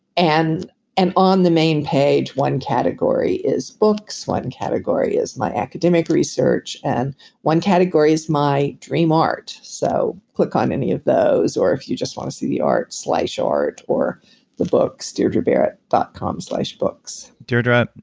and and on the main page one category is books, one category is my academic research, and one category is my dream art. so, click on any of those, or if you just want to see the art, slash art, or the books, deirdrebarrett dot com books deirdre,